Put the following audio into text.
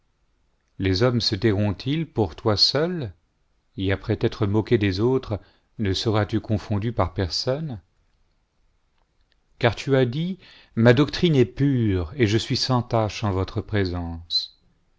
les hommes se tairont-ils pour toi seul et après t'être moqué des autres ne seras-tu confondu par personne car tu as dit ma doctrine est pure et je suis sans tache en votre présence